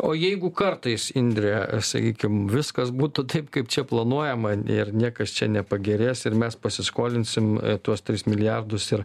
o jeigu kartais indre sakykim viskas būtų taip kaip čia planuojama ir niekas čia nepagerės ir mes pasiskolinsim tuos tris milijardus ir